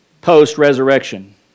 post-resurrection